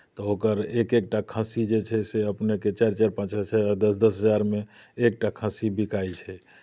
ओकर एक एकटा खस्सी जे छै से अपनेके चारि चारि पाँच पाँच दस दस हजारमे एकटा खस्सी बिकाइ छै